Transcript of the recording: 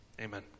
Amen